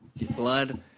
blood